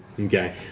Okay